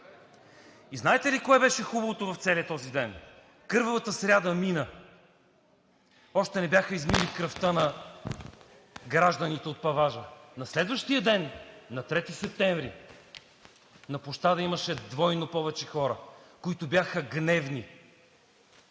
И знаете ли кое беше хубавото в целия този ден?! Кървавата сряда мина и още не бяха измили кръвта на гражданите от паважа, а на следващия ден – 3 септември, на площада имаше двойно повече хора, които бяха гневни.